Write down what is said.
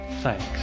thanks